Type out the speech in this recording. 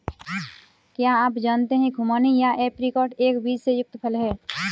क्या आप जानते है खुबानी या ऐप्रिकॉट एक बीज से युक्त फल है?